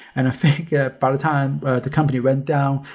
and think yeah by the time the company went down,